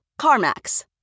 CarMax